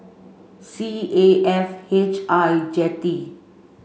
C A F H I Jetty